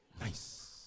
Nice